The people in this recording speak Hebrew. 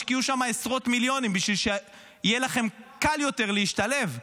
השקיעו שם עשרות מיליונים בשביל שיהיה לכם קל יותר להשתלב.